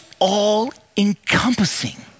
All-encompassing